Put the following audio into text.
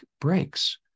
breaks